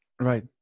Right